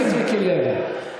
חבר הכנסת מיקי לוי.